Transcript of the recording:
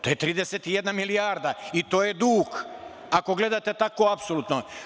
To je 31 milijarda i to je dug ako gledate tako apsolutno.